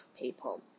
people